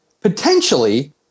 potentially